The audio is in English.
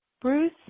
Bruce